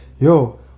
Yo